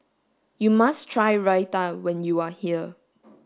you must try Raita when you are here